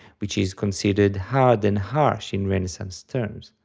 which is considered hard and harsh in renaissance terms.